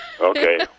Okay